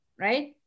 right